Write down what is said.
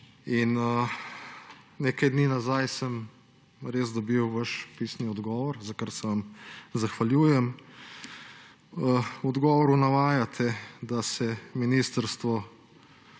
Nekaj dni nazaj sem res dobil vaš pisni odgovor, za kar se vam zahvaljujem. V odgovoru navajate, da ministrstvo